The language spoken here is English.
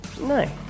no